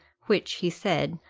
which, he said,